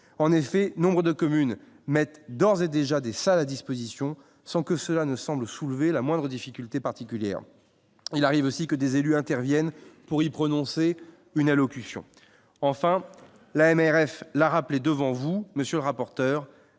en effet nombre de communes mettent d'ores et déjà des salles à disposition sans que cela ne semblent soulever la moindre difficulté particulière, il arrive aussi que des élus interviennent pour y prononcer une allocution enfin la NRF, l'a rappelé, devant vous, monsieur le rapporteur,